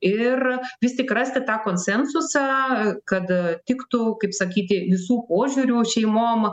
ir vis tik rasti tą konsensusą kad tiktų kaip sakyti visų požiūrių šeimom